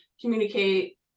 communicate